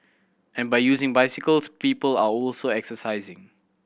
and by using bicycles people are also exercising